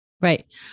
Right